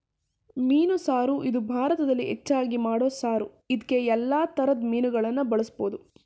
ಮೀನು ಸಾರು ಇದು ಭಾರತದಲ್ಲಿ ಹೆಚ್ಚಾಗಿ ಮಾಡೋ ಸಾರು ಇದ್ಕೇ ಯಲ್ಲಾ ತರದ್ ಮೀನುಗಳನ್ನ ಬಳುಸ್ಬೋದು